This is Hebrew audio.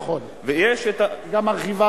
נכון, נכון, וגם מרחיבה